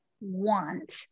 want